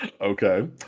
Okay